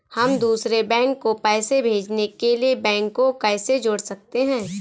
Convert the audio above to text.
हम दूसरे बैंक को पैसे भेजने के लिए बैंक को कैसे जोड़ सकते हैं?